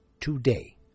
today